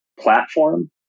platform